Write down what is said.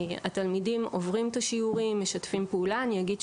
נציגי משרד המשפטים, אני רוצה להיות תכליתי.